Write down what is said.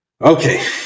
Okay